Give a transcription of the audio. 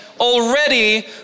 already